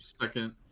Second